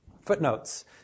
footnotes